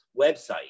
website